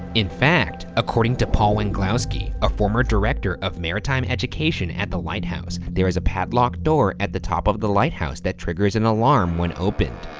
in fact, according to paul wenglowsky, a former director of maritime education at the lighthouse, there's a padlocked door at the top of the lighthouse that triggers an alarm when opened.